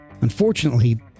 Unfortunately